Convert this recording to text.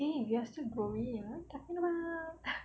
eh you are still growing takpe lah